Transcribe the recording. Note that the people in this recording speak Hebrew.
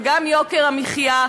וגם יוקר המחיה.